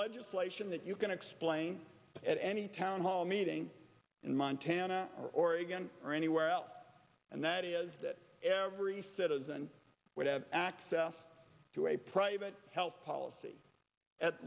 legislation that you can explain at any town hall meeting in montana or oregon or anywhere else and that is that every citizen would have access to a private health policy at